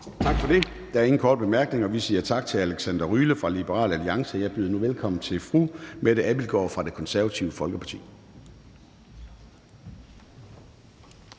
Tak for det. Der er ingen korte bemærkninger. Vi siger tak til Alexander Ryle fra Liberal Alliance. Jeg byder nu velkommen til fru Mette Abildgaard fra Det Konservative Folkeparti.